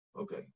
Okay